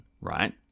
right